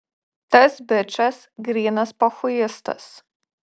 tas bičas grynas pochuistas